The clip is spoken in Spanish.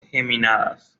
geminadas